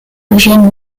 eugène